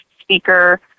speaker